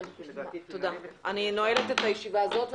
אני נועלת את הישיבה הזאת.